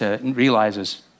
realizes